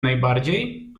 najbardziej